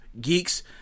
geeks